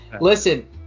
listen